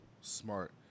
smart